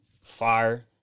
Fire